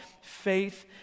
faith